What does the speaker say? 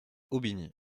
aubigny